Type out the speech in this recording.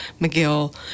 McGill